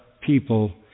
people